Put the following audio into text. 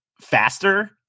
faster